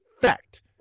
fact